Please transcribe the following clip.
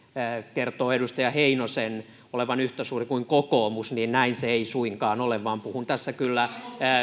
kertoo edustaja heinosen olevan yhtä suuri kuin kokoomus niin näin se ei suinkaan ole vaan puhun tässä kyllä